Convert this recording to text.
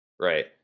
right